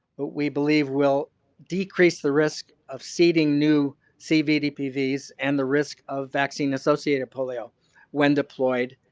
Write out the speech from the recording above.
we believe will decrease the risk of seeding new cvdpvs and the risk of vaccine associated polio when deployed